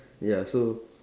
ya so